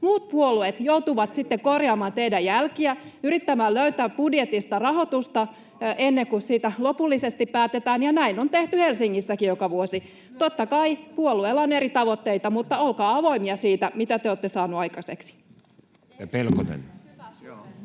Muut puolueet joutuvat sitten korjaamaan teidän jälkiänne, yrittämään löytää budjetista rahoitusta ennen kuin siitä lopullisesti päätetään. Näin on tehty Helsingissäkin joka vuosi. [Maria Guzenina: Myös Espoossa!] Totta kai puolueilla on eri tavoitteita, mutta olkaa avoimia siitä, mitä te olette saaneet aikaiseksi.